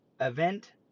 event